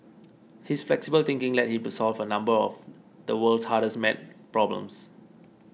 his flexible thinking led him to solve a number of the world's hardest maths problems